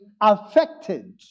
affected